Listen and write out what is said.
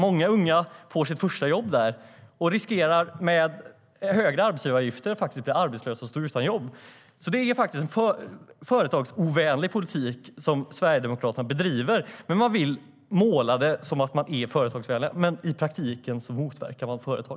Många unga som har fått sitt första jobb där riskerar att bli arbetslösa på grund av höga arbetsgivaravgifter och riskerar att stå utan jobb. Sverigedemokraterna bedriver alltså en företagsovänlig politik. Man målar upp bilden av att man är företagsvänlig, men i praktiken motverkar man företag.